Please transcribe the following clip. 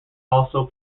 also